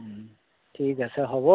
ঠিক আছে হ'ব